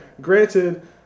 Granted